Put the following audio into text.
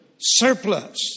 Surplus